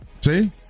See